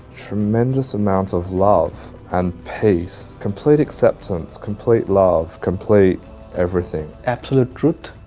tremendous amounts of love and peace, complete acceptance, complete love, complete everything. absolute truth,